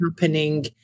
happening